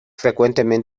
frecuente